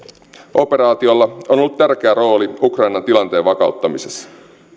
operaatiolla on ollut tärkeä rooli ukrainan tilanteen vakauttamisessa